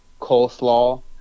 coleslaw